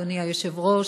אדוני היושב-ראש,